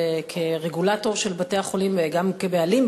כרגולטור של בתי-החולים וגם כבעלים,